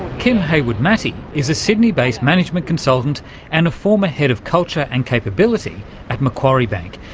kim haywood-matty is a sydney based management consultant and a former head of culture and capability at macquarie bank.